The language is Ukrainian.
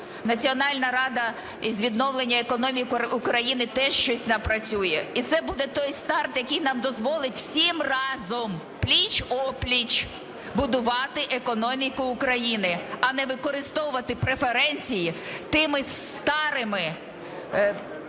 Національна рада з відновлення економіки України теж щось напрацює. І це буде той старт, який нам дозволить всім разом, пліч-о-пліч будувати економіку України, а не використовувати преференції тими старими… Знаєте,